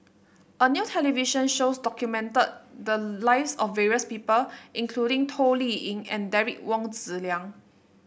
a new television shows documented the lives of various people including Toh Liying and Derek Wong Zi Liang